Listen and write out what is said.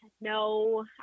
No